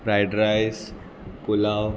fried rice pulao